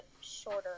shorter